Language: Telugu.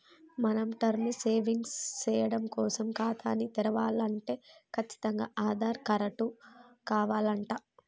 మనం టర్మ్ సేవింగ్స్ సేయడం కోసం ఖాతాని తెరవలంటే కచ్చితంగా ఆధార్ కారటు కావాలంట